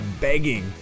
begging